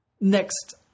next